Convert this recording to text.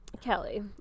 Kelly